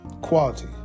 quality